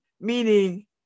meaning